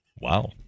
Wow